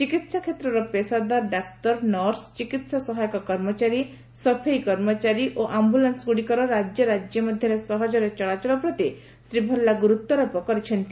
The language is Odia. ଚିକିତ୍ସା କ୍ଷେତ୍ରର ପେଶାଦାର ଡାକ୍ତର ନର୍ସ ଚିକିତ୍ସା ସହାୟକ କର୍ମଚାରୀ ସଫେଇ କର୍ମଚାରୀ ଓ ଆମ୍ଭୁଲାନ୍ସଗୁଡ଼ିକର ରାଜ୍ୟରାଜ୍ୟ ମଧ୍ୟରେ ସହଜରେ ଚଳାଚଳ ପ୍ରତି ଶ୍ରୀ ଭାଲ୍ଲା ଗୁରୁତ୍ୱାରୋପ କରିଛନ୍ତି